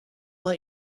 let